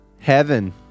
heaven